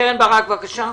קרן ברק, בבקשה.